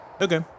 Okay